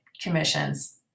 commissions